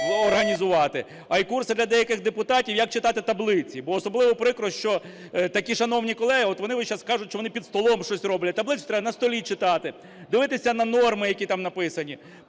організувати, а і курси для деяких депутатів, як читати таблиці. Бо особливо прикро, що такі шановні колеги, от вони весь час кажуть, що вони під столом щось роблять, таблицю треба на столі читати, дивитися на норми, які там написані.